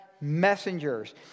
messengers